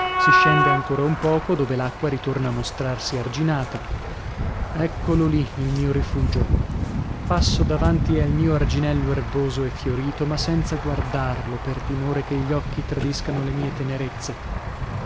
si scende ancora un poco dove l'acqua ritorna a mostrarsi arginata eccolo lì il mio rifugio passo davanti al mio arginello erboso e fiorito ma senza guardarlo per timore che gli occhi tradiscano le mie tenerezze